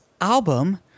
album